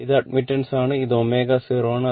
ഇത് അഡ്മിറ്റൻസ് ആണ് ഇത് ω0 ആണ്